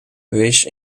wees